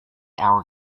hour